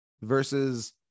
versus